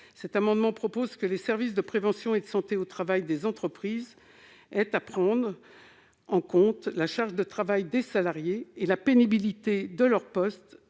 Cet amendement vise à permettre aux services de prévention et de santé au travail, ou SPST, des entreprises de prendre en compte la charge de travail des salariés et la pénibilité de leur poste